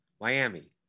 Miami